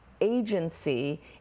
agency